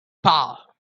power